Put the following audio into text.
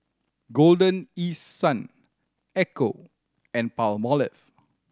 Golden East Sun Ecco and Palmolive